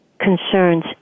concerns